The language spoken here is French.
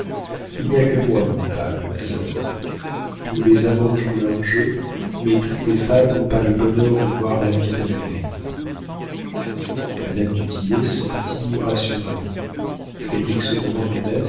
il n'y a que moi de coupable ma sœur tous les amants jouent leur jeu mais toutes les femmes n'ont pas le bonheur de voir la vie comme elle est madame du tillet sortit rassurée félix de